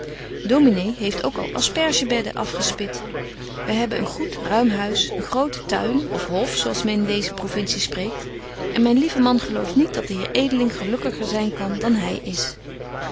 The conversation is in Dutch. dominé heeft ook al asperge bedden afgespit wy hebben een goed ruim huis een groten tuin of hof zo als men in deeze provintie spreekt en myn lieven man gelooft niet dat de heer edeling gelukkiger zyn kan dan hy is